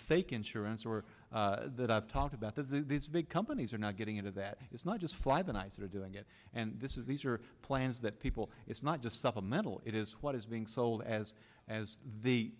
fake insurance or that i've talked about the big companies are not getting into that it's not just fly the nice they're doing it and this is these are plans that people it's not just supplemental it is what is being sold as as the